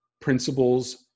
principles